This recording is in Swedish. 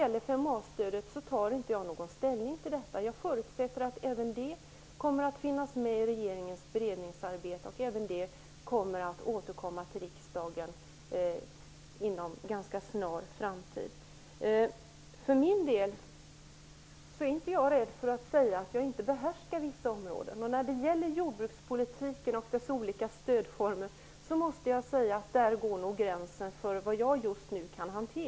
Jag tar inte ställning till 5a-stödet. Jag förutsätter att även det kommer att tas med i regeringens beredningsarbete och att regeringen kommer att återkomma med även detta till riksdagen inom en ganska snar framtid. Jag för min del är jag inte rädd för att säga att jag inte behärskar vissa områden. När det gäller jordbrukspolitiken och dess olika stödformer måste jag säga att där går nog gränsen för vad jag just nu kan hantera.